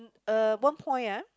uh one point ah